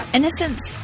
Innocence